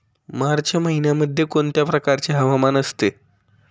मार्च महिन्यामध्ये कोणत्या प्रकारचे हवामान असते?